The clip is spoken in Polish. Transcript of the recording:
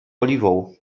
oliwą